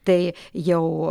tai jau